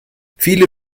viele